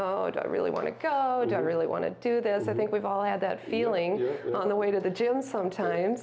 i really want to go down really want to do this i think we've all had that feeling on the way to the gym sometimes